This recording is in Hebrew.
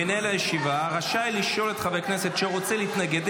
מנהל הישיבה רשאי לשאול את חבר הכנסת שרוצה להתנגד,